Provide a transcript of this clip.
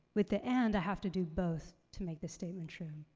with the and, i have to do both to make the statement true.